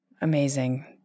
amazing